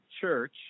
church